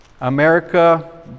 America